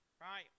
right